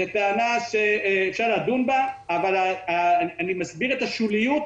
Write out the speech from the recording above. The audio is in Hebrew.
זו טענה שאפשר לדון בה אבל אני מסביר את השוּליוּת